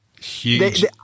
Huge